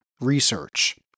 research